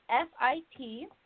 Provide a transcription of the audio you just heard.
f-i-t